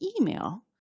email